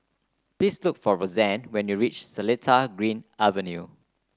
please look for Roseann when you reach Seletar Green Avenue